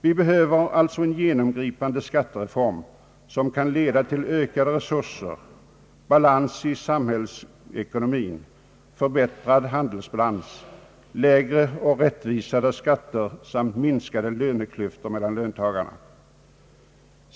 Vi behöver alltså en genomgripande skattereform som kan leda till ökade resurser, balans i samhällsekonomin, förbättrad handelsbalans, lägre och rättvisare skatter samt minskade löneklyftor mellan löntagarna.